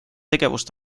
tegevust